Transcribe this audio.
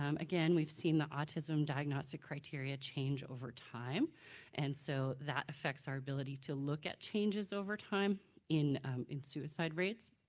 um again we've seen the autism diagnostic criteria, change over time and so that effects our ability to lack at changes over time in in suicide rates.